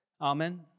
Amen